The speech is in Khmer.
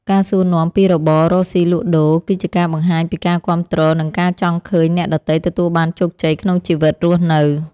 ការសួរនាំពីរបររកស៊ីលក់ដូរ គឺជាការបង្ហាញពីការគាំទ្រនិងការចង់ឃើញអ្នកដទៃទទួលបានជោគជ័យក្នុងជីវិតរស់នៅ។